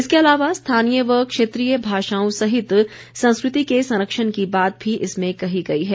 इसके अलावा स्थानीय व क्षेत्रीय भाषाओं सहित संस्कृति के संरक्षण की बात भी इसमें कही गई है